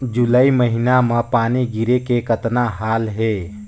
जुलाई महीना म पानी गिरे के कतना हाल हे?